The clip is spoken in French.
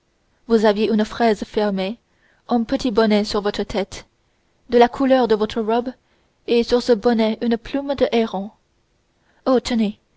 vous aviez une fraise fermée un petit bonnet sur votre tête de la couleur de votre robe et sur ce bonnet une plume de héron